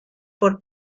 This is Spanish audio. por